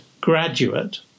graduate